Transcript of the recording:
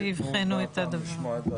ויתנו את דעתם.